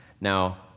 Now